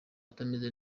atameze